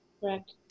Correct